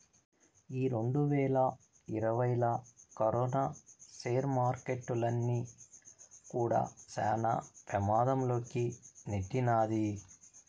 ఈ రెండువేల ఇరవైలా కరోనా సేర్ మార్కెట్టుల్ని కూడా శాన పెమాధం లోకి నెట్టినాది